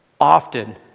often